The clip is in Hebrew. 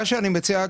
מה שאני מציע,